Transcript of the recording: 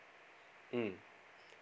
mm